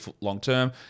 long-term